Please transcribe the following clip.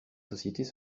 sociétés